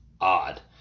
odd